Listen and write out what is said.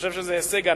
אני חושב שזה הישג ענק.